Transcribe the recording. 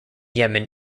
yemen